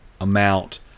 amount